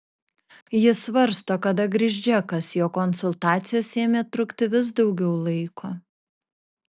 ji svarsto kada grįš džekas jo konsultacijos ėmė trukti vis daugiau laiko